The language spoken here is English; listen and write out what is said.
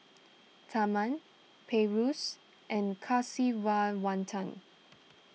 Tharman Peyush and Kasiviswanathan